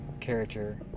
character